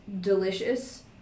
delicious